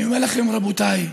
אני אומר לכם רבותיי,